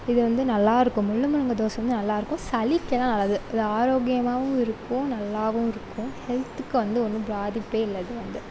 இது வந்து நல்லாயிருக்கும் முள் முருங்கை தோசை வந்து நல்லாயிருக்கும் சளிக்கெலாம் நல்லது இது ஆரோக்கியாமாகவும் இருக்கும் நல்லாவும் இருக்கும் ஹெல்த்துக்கு வந்து ஒன்றும் பாதிப்பே இல்லை இது வந்து